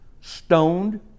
stoned